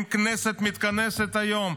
אם הכנסת מתכנסת היום,